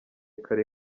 kari